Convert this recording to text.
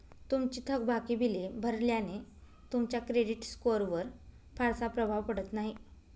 तुमची थकबाकी बिले भरल्याने तुमच्या क्रेडिट स्कोअरवर फारसा प्रभाव पडत नाही